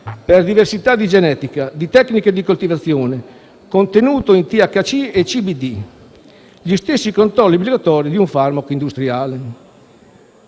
per diversità di genetica, di tecniche di coltivazione, di contenuto in THC e CBD e per gli stessi controlli obbligatori di un farmaco industriale.